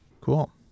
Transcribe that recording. Cool